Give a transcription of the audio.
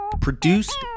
Produced